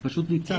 הוא פשוט ניצל.